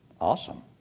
awesome